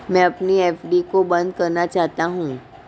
मैं अपनी एफ.डी को बंद करना चाहता हूँ